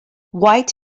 white